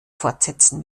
fortsetzen